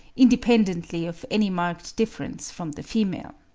independently of any marked difference from the female.